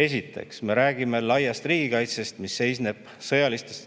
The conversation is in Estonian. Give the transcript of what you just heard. Esiteks, me räägime laiast riigikaitsest, mis seisneb sõjalises